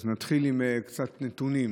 נתחיל בקצת נתונים: